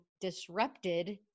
disrupted